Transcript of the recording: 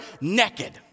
naked